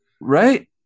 Right